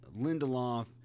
Lindelof